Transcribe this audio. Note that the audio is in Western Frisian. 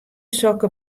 sokke